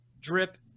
drip